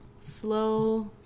slow